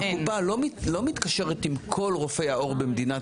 הקופה לא מתקשרת עם כל רופאי העור במדינת